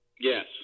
Yes